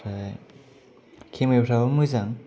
ओमफ्राय केमेरायाबो मोजां